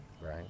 right